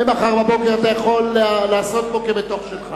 ממחר בבוקר אתה יכול לעשות בו כבתוך שלך.